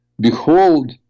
Behold